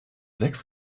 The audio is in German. sechs